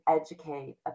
educate